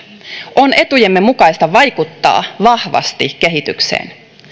on etujemme mukaista vaikuttaa vahvasti kehitykseen